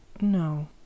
no